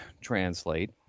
translate